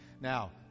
Now